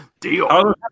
Deal